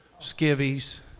skivvies